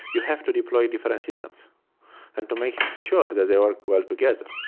you have to deploy different systems and to make sure that they work well together.